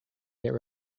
get